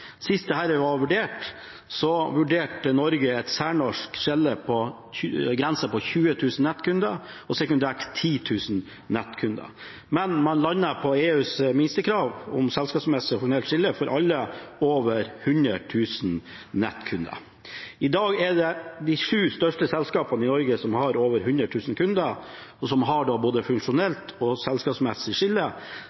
Sist dette ble vurdert, vurderte Norge en særnorsk grense på 20 000 nettkunder og sekundært 10 000 nettkunder. Men man landet på EUs minstekrav om selskapsmessig og funksjonelt skille for alle over 100 000 nettkunder. I dag er det de sju største selskapene i Norge som har over 100 000 kunder, og som har både